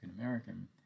American